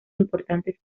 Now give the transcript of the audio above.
importantes